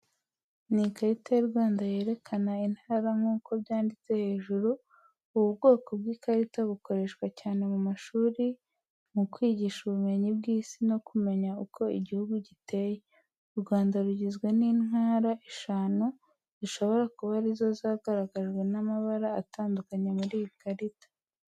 Ni karita y'u Rwanda yerekana intara nk’uko byanditse hejuru. Ubu bwoko bw’ikarita bukoreshwa cyane mu mashuri mu kwigisha ubumenyi bw’Isi no kumenya uko igihugu giteye. U Rwanda rugizwe n’intara eshanu zishobora kuba ari zo zagaragajwe n’amabara atandukanye muri iyi karita.